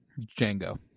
Django